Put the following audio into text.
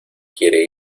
quiere